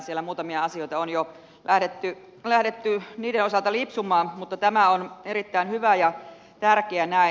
siellä muutamista asioista on jo lähdetty lipsumaan mutta tämä on erittäin hyvä ja tärkeä näin